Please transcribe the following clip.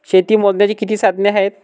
शेती मोजण्याची किती साधने आहेत?